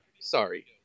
Sorry